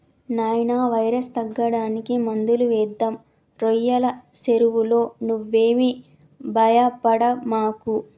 నాయినా వైరస్ తగ్గడానికి మందులు వేద్దాం రోయ్యల సెరువులో నువ్వేమీ భయపడమాకు